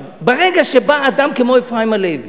ברגע שבא אדם כמו אפרים הלוי,